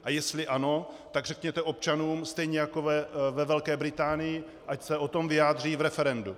A jestli ano, tak řekněte občanům stejně jako ve Velké Británii, ať se o tom vyjádří v referendu.